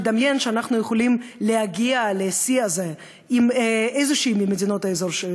לדמיין שאנחנו יכולים להגיע לשיא הזה עם איזו מדינה ממדינות האזור פה,